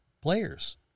players